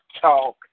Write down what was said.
talk